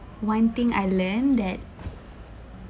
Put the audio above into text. one thing I learned that